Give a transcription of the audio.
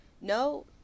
no